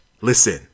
listen